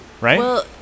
Right